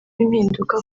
impinduka